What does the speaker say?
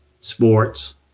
sports